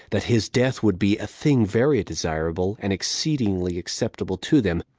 that his death would be a thing very desirable, and exceedingly acceptable to them,